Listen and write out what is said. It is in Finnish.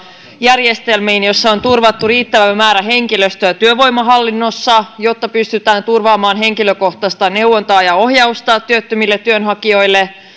järjestelmiin joissa on turvattu riittävä määrä henkilöstöä työvoimahallinnossa jotta pystytään turvaamaan henkilökohtaista neuvontaa ja ohjausta työttömille työnhakijoille